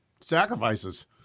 Sacrifices